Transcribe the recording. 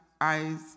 eyes